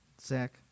Zach